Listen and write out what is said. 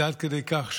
זה עד כדי כך שביר.